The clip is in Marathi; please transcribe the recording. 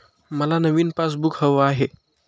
मला नवीन पासबुक हवं आहे